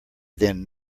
then